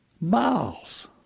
miles